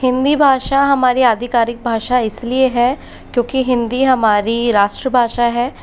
हिंदी भाषा हमारी आधिकारिक भाषा इसलिए है क्योंकि हिंदी हमारी राष्ट्र भाषा है